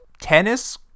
tennis